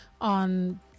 on